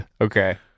Okay